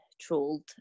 trolled